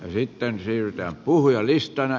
sitten siirrytään puhujalistaan